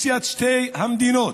שתי המדינות.